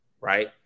right